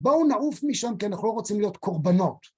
בואו נעוף משם כי אנחנו לא רוצים להיות קורבנות